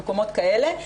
למקומות כאלה.